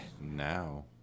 now